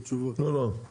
לא, רבותיי.